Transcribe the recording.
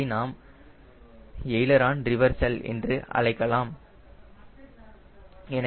இதை நாம் aileron reversal என்று அழைக்கலாம்